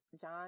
John